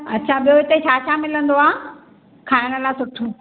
अच्छा ॿियो हिते छा छा मिलंदो आहे खाइणु लाइ सुठो